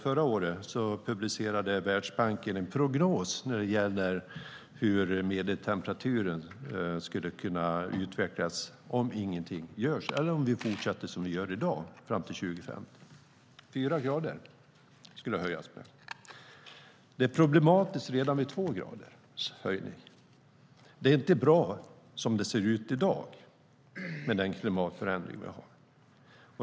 Förra året publicerade Världsbanken en prognos för hur medeltemperaturen skulle kunna utvecklas till 2050 om inget görs eller om vi fortsätter som i dag. Den kan höjas med fyra grader. Det är problematiskt redan vid två graders höjning. Det är inte bra som det ser ut i dag med den klimatförändring vi har.